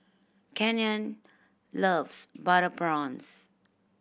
Canyon loves butter prawns